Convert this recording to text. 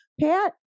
Pat